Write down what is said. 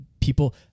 People